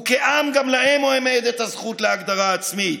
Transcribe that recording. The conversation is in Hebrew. וכעם, גם להם עומדת הזכות להגדרה עצמית.